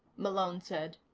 malone said.